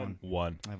one